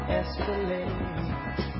escalate